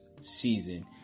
season